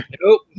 nope